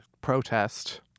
protest